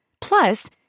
Plus